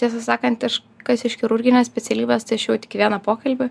tiesą sakant iš kas iš chirurginės specialybės tai aš ėjau tik į vieną pokalbį